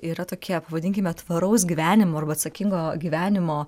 yra tokie pavadinkime tvaraus gyvenimo arba atsakingo gyvenimo